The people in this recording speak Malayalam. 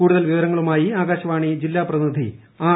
കൂടുതൽ വിവരങ്ങളുമായി ആകാശവാണി ജില്ലാ പ്രതിനിധി ആർ